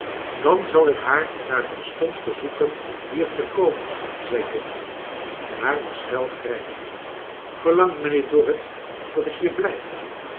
dan zal ik haar maar terstond verzoeken hier te komen zei dorrit naar een schel grijpende verlangt mijnheer dorrit dat ik hier blijf